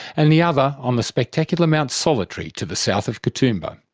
and the other on the spectacular mt solitary to the south of katoomba.